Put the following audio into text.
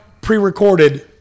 pre-recorded